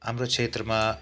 हाम्रो क्षेत्रमा